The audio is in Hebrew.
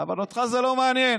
אבל אותך זה לא מעניין.